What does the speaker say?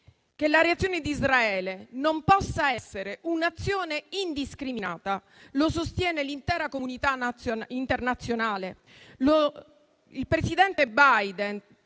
Che la reazione di Israele non possa essere indiscriminata lo sostiene l'intera comunità internazionale: il presidente Biden